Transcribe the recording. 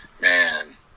man